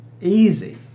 easy